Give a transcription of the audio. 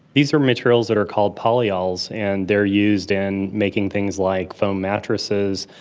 these are materials that are called polyols and they are used in making things like foam mattresses,